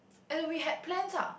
and then we had plans ah